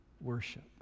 worship